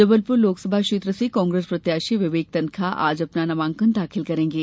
जबलपुर लोकसभा क्षेत्र से कांग्रेस प्रत्याशी विवेक तन्खा आज अपना नामांकन दाखिल करेंगे